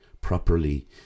properly